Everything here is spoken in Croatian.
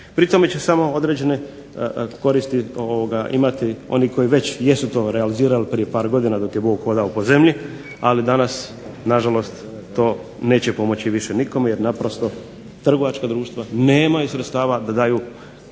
Pri tome ću samo određene koristi imati oni koji već jesu to realizirali prije par godina dok je vuk hodao po zemlji. Ali danas na žalost to neće pomoći više nikome, jer naprosto trgovačka društva nemaju sredstava da daju